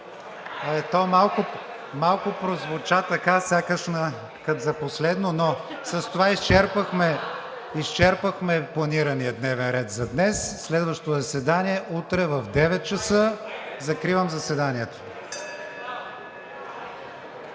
ВИГЕНИН: Малко прозвуча така сякаш като за последно. С това изчерпахме планирания дневен ред за днес. Следващо заседание утре в 9,00 ч. Закривам заседанието.